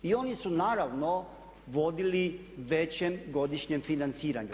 I oni su naravno vodili većem godišnjem financiranju.